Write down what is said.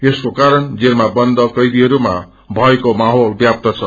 यसको कारण जेलमा बन्द कैदीहरूमा थयको माहेल व्याप्त छ